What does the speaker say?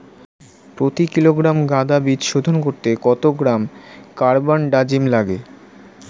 প্রতি কিলোগ্রাম গাঁদা বীজ শোধন করতে কত গ্রাম কারবানডাজিম লাগে?